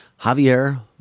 javier